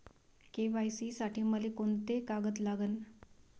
KYC साठी मले कोंते कागद लागन?